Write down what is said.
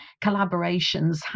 collaborations